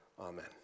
Amen